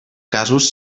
casos